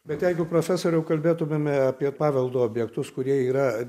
bet jeigu profesoriau kalbėtumėme apie paveldo objektus kurie yra